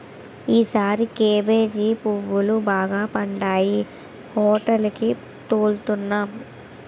ఈసారి కేబేజీ పువ్వులు బాగా పండాయి హోటేలికి తోలుతన్నాం